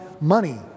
money